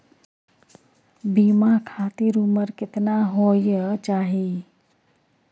बीमा खातिर उमर केतना होय चाही?